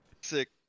Sick